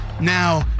Now